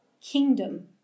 kingdom